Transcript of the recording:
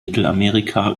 mittelamerika